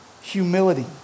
humility